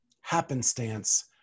happenstance